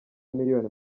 miliyoni